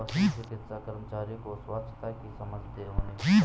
पशु चिकित्सा कर्मचारी को स्वच्छता की समझ होनी चाहिए